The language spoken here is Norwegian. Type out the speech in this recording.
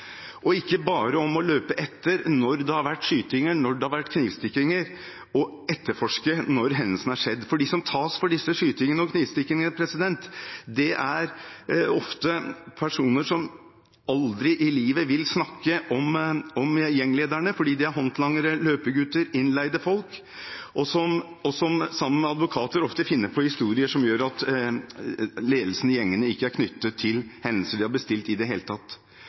og ikke bare om å løpe etter dem når det har vært skytinger og knivstikkinger, og etterforske når hendelser har skjedd. For de som tas for disse skytingene og knivstikkingene, er ofte personer som aldri i livet vil snakke om gjenglederne – fordi de er håndlangere, løpegutter, innleide folk – og som sammen med advokater ofte finner på historier som gjør at ledelsen i gjengene ikke knyttes til hendelser de har bestilt, i det hele tatt.